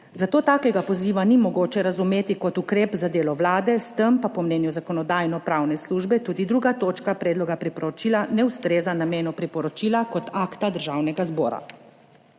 zato takega poziva ni mogoče razumeti kot ukrep za delo Vlade, s tem pa po mnenju Zakonodajno-pravne službe tudi 2. točka predloga priporočila ne ustreza namenu priporočila kot akta Državnega zbora.